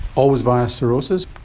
always via cirrhosis?